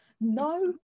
No